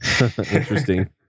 Interesting